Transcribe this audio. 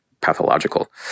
pathological